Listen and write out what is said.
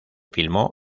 filmó